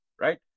Right